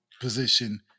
position